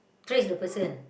trace the person